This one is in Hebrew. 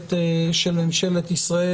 ממשלת ישראל.